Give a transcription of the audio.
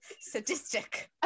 Sadistic